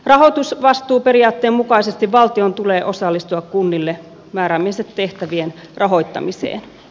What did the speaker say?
rahoitusvastuuperiaatteen mukaisesti valtion tulee osallistua kunnille määräämiensä tehtävien rahoittamiseen